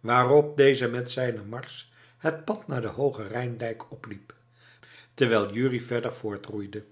waarop deze met zijne mars het pad naar den hoogen rijndijk opliep terwijl jurrie verder